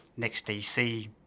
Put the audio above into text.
NextDC